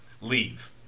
leave